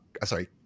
sorry